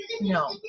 no